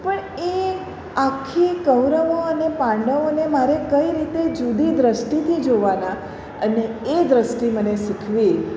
પણ એ આખી કૌરવ અને પાંડવોને મારે કઈ રીતે જુદી દૃષ્ટિથી જોવાના અને એ દૃષ્ટિ મને શીખવી